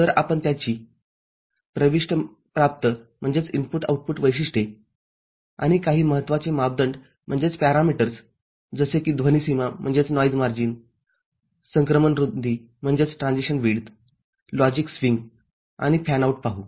तर आपण त्याची प्रविष्ट प्राप्त वैशिष्ट्ये आणि काही महत्वाचे मापदंड जसे कि ध्वनी सीमासंक्रमण रुंदीलॉजिक स्विंग आणि फॅनआउट पाहू